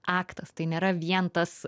aktas tai nėra vien tas